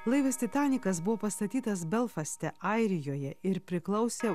laivas titanikas buvo pastatytas belfaste airijoje ir priklausė